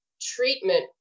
treatment